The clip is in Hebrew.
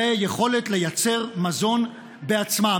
ביכולת לייצר מזון בעצמה.